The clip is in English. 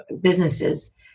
businesses